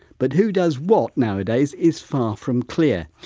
but who does what nowadays is far from clear.